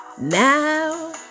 now